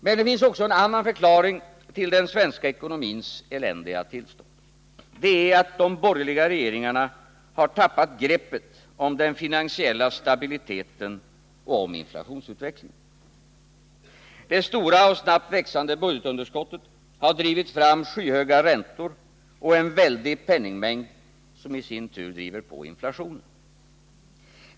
Men det finns också en annan förklaring till den svenska ekonomins eländiga tillstånd. Det är att de borgerliga regeringarna tappat greppet om den finansiella stabiliteten och om inflationsutvecklingen. Det stora och snabbt växande budgetunderskottet har drivit fram skyhöga räntor och en väldig penningmängd, som i sin tur driver på inflationen.